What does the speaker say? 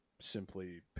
simply